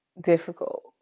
difficult